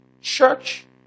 church